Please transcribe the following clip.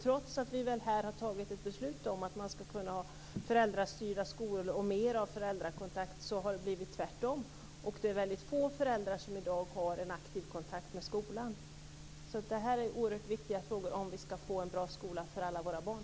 Trots att vi här har fattat ett beslut om att man skall kunna ha föräldrastyrda skolor och mer av föräldrakontakt har det blivit tvärtom. Det är väldigt få föräldrar som i dag har en aktiv kontakt med skolan. Det här är oerhört viktiga frågor om vi skall få en bra skola för alla våra barn.